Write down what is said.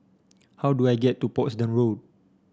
how do I get to Portsdown Road